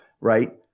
right